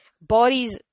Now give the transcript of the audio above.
Bodies